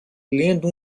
lendo